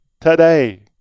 today